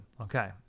Okay